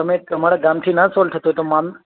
તમે તમારા ગામથી ન સોલ્વ થતું હોય તો માન